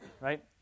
right